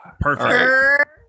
Perfect